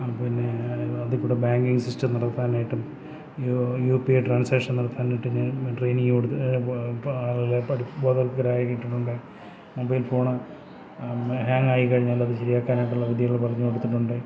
അതു പിന്നേ അതിൽക്കൂടി ബാങ്കിങ് സിസ്റ്റം നടത്താനായിട്ടും യു പി ഐ ട്രാൻസാക്ഷൻ നടത്താനായിട്ടും ഞാൻ ട്രെയിനിങ് കൊട് അവരെ പഠി ബോധവൽക്കരരാക്കിയിട്ടുണ്ട് മൊബൈൽ ഫോൺ ഹേങ്ങായിക്കഴിഞ്ഞാലത് ശരിയാക്കാനായിട്ടുള്ള വിദ്യകൾ പറഞ്ഞു കൊടുത്തിട്ടുണ്ട്